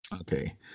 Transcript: Okay